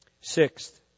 Sixth